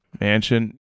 mansion